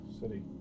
city